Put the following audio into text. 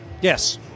Yes